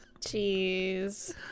Jeez